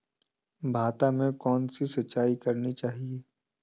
भाता में कौन सी सिंचाई करनी चाहिये?